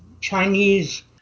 chinese